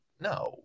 no